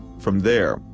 from there,